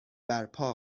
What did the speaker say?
برپا